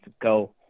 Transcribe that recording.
go